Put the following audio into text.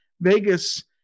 Vegas